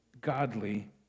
godly